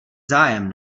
zájem